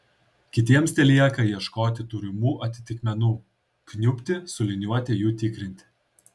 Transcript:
kitiems telieka ieškoti turimų atitikmenų kniubti su liniuote jų tikrinti